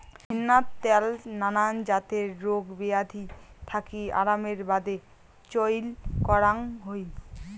ভেন্নার ত্যাল নানান জাতের রোগ বেয়াধি থাকি আরামের বাদে চইল করাং হই